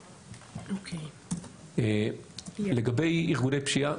(שקף: תוצרי פעילות יעדי ארגוני פשיעה).